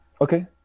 okay